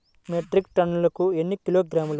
Metric టన్నుకు ఎన్ని కిలోగ్రాములు?